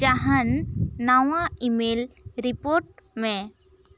ᱡᱟᱦᱟᱱ ᱱᱟᱣᱟ email report ᱢᱮ